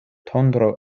tondro